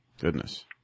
Goodness